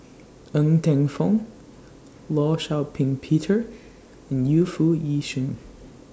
Ng Teng Fong law Shau Ping Peter and Yu Foo Yee Shoon